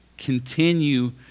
Continue